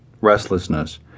restlessness